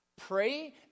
pray